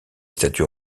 statues